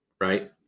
right